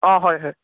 অঁ হয় হয়